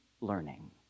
learning